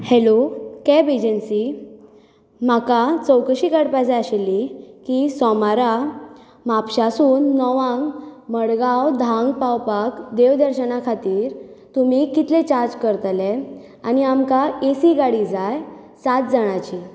hello cab agency म्हाका चवकशी काडपा जाय आशिल्ली की सोमारा म्हापशासून णवांक मडगांव धांग पावपाक देव दर्शाना खातीर तुमी कितले चाज करतले आनी आमकां एसी गाडी जाय सात जाणाची